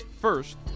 First